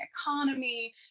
economy